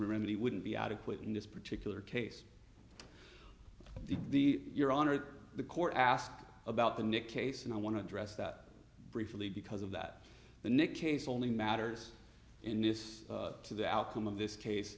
really wouldn't be adequate in this particular case the your honor the court asked about the nick case and i want to address that briefly because of that the nick case only matters in this to the outcome of this case